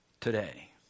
today